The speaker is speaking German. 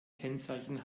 kennzeichen